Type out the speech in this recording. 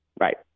Right